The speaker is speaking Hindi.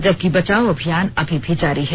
जबकि बचाव अभियान अभी भी जारी है